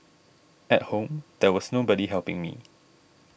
at home there was nobody helping me